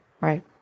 right